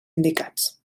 indicats